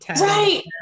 Right